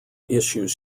issues